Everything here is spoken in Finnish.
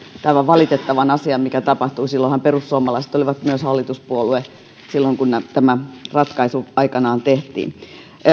valitettavan asian mikä tapahtui silloinhan perussuomalaiset oli myös hallituspuolue kun tämä ratkaisu aikanaan tehtiin